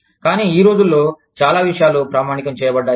కానీ ఈ రోజుల్లో చాలా విషయాలు ప్రామాణికం చేయబడ్డాయి